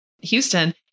Houston